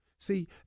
See